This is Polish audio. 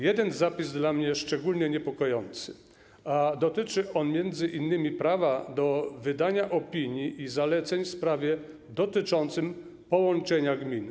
Jeden zapis dla mnie jest szczególnie niepokojący, a dotyczy on m.in. prawa do wydania opinii i zaleceń w sprawach dotyczących połączenia gmin.